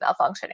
malfunctioning